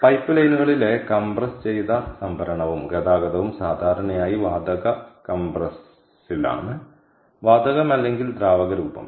pipe ലൈനുകളിലെ compress ചെയ്ത സംഭരണവും ഗതാഗതവും സാധാരണയായി വാതക കംപ്രസ്സിലാണ് വാതകം അല്ലെങ്കിൽ ദ്രാവക രൂപം